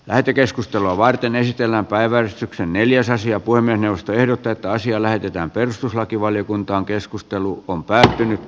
lähetekeskustelua varten esitellä päivän neljäs ensiapua minusta erotettaisi eläydytään perustuslakivaliokuntaan keskustelu on päättynyt